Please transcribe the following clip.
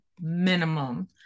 minimum